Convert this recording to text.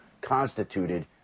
constituted